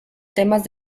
temas